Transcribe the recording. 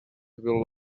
will